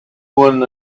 when